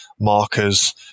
markers